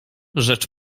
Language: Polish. rzecz